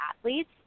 athletes